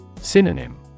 Synonym